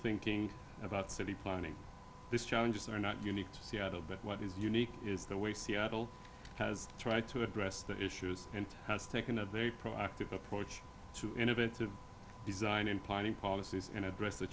thinking about city planning this challenges are not unique to seattle but what is unique is the way seattle has tried to address the issues and has taken a very proactive approach to innovative design in planning policies and address the